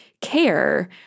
care